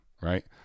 right